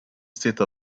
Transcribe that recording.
state